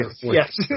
Yes